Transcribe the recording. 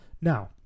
Now